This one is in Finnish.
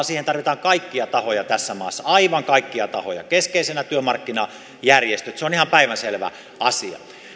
siihen tarvitaan kaikkia tahoja tässä maassa aivan kaikkia tahoja keskeisenä työmarkkinajärjestöt se on ihan päivänselvä asia